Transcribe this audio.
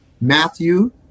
Matthew